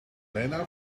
lena